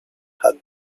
had